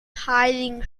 heiligen